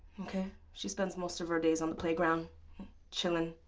she spends most of her days on the playground chilling,